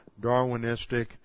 Darwinistic